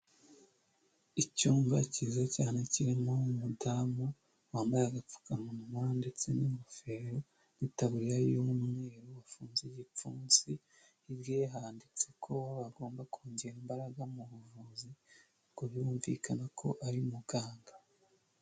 Icyumba cyiza cyane kirimo umudamu wambaye agapfukamunwa ndetse n'ingofero n'itaburiya y'umweru wafunze igipfunsi, hirya ye handitse ko bagomba kongera imbaraga mu buvuzi, ubwo birumvikana ko ari muganga.